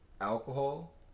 alcohol